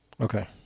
Okay